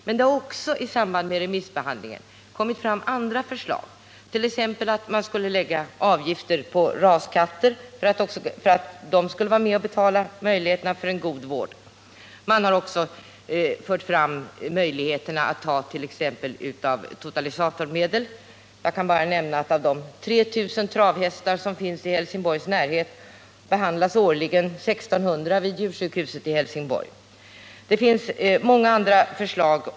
Men det har i samband med remissbehandlingen också kommit fram andra förslag, t.ex. att man skulle lägga avgifter på raskatter för att de skulle vara med och betala möjligheterna till en god vård. Man har vidare fört fram tanken på möjligheterna att ta en del av t.ex. totalisatormedel. Jag kan bara nämna att av de 3 000 travhästar som finns i Helsingborgs närhet behandlas årligen 1600 vid djursjukhuset i Helsingborg. Det finns även många andra förslag.